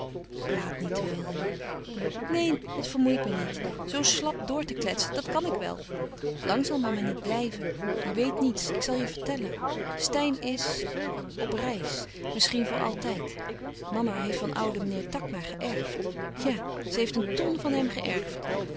praat niet te veel jong neen het vermoeit me niet zoo slap door te kletsen dat kan ik wel lang zal mama niet blijven je weet niets ik zal je vertellen steyn is op reis misschien voor altijd mama heeft van ouden meneer takma geërfd ja ze heeft een ton van hem geërfd